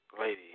Lady